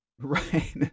right